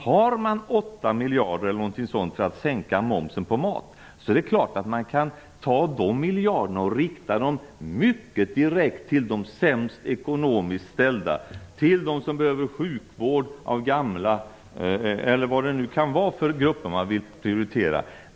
Har man 8 miljarder eller någonting sådant för att sänka momsen på mat är det klart att de miljarderna kan riktas mycket direkt till de ekonomiskt sämst ställda och till dem som behöver sjukvård - gamla eller vilka grupper det nu är som man vill prioritera.